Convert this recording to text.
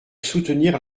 soutenir